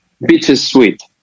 bittersweet